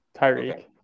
Tyreek